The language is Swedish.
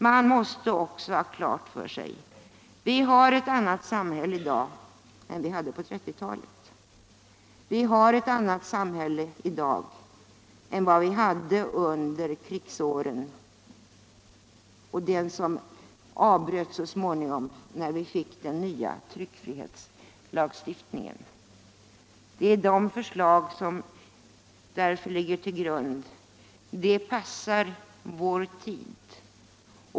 Man måste också ha klart för sig att vi har ett annat samhälle i dag än vad vi hade på 1930-talet och under krigsåren, och andra bestämmelser gällde också fram till dess att vi så småningom fick den nya tryckfrihetslagstiftningen. De förslag som ligger till grund för propositionen passar vår tid.